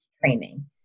training